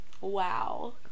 wow